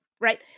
right